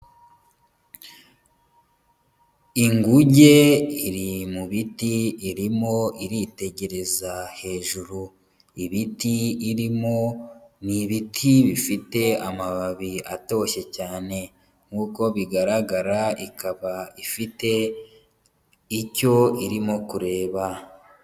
Inguge iri mu biti irimo iritegereza hejuru, ibiti irimo n'ibiti bifite amababi atoshye cyane, nkuko bigaragara ikaba ifite icyo irimo kureba.